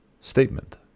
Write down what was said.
statement